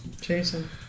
Jason